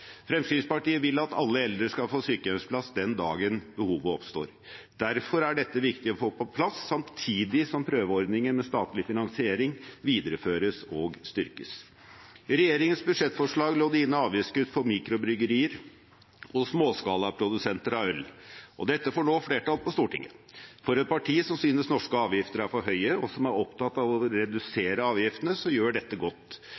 Fremskrittspartiet vil at alle eldre skal få sykehjemsplass den dagen behovet oppstår. Derfor er dette viktig å få på plass, samtidig som prøveordningen med statlig finansiering videreføres og styrkes. I regjeringens budsjettforslag lå det inne avgiftskutt for mikrobryggerier og småskalaprodusenter av øl, og dette får nå flertall på Stortinget. For et parti som synes norske avgifter er for høye, og som er opptatt av å redusere avgiftene, gjør dette godt.